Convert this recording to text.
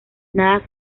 nada